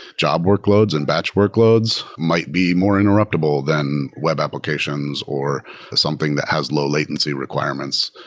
job workloads and batch workloads might be more interruptible than web applications or something that has low latency requirements.